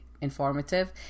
informative